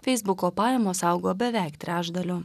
feisbuko pajamos augo beveik trečdaliu